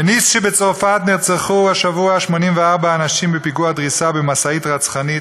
בניס שבצרפת נרצחו השבוע 84 אנשים בפיגוע דריסה במשאית רצחנית